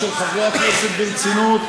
רגע, רגע, אדוני השר,